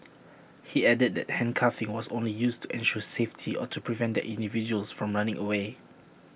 he added that handcuffing was only used to ensure safety or to prevent the individuals from running away